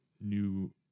new